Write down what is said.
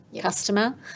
customer